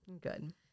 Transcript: Good